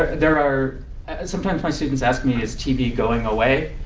there are sometimes my students ask me is tv going away.